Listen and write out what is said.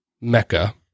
Mecca